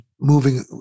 moving